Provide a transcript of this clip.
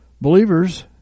Believers